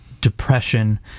depression